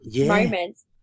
moments